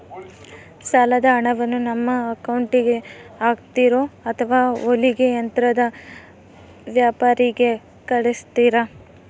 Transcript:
ಸಾಲದ ಹಣವನ್ನು ನಮ್ಮ ಅಕೌಂಟಿಗೆ ಹಾಕ್ತಿರೋ ಅಥವಾ ಹೊಲಿಗೆ ಯಂತ್ರದ ವ್ಯಾಪಾರಿಗೆ ಕಳಿಸ್ತಿರಾ?